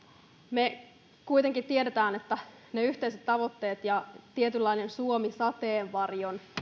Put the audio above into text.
me kuitenkin tiedämme että ne yhteiset tavoitteet ja tietynlainen suomi sateenvarjon